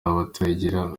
abatagira